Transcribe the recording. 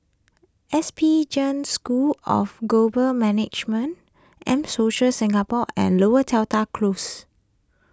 S P Jain School of Global Management M Social Singapore and Lower Seletar Close